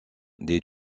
des